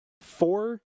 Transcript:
four